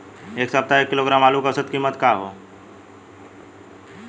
एह सप्ताह एक किलोग्राम आलू क औसत कीमत का हो सकेला?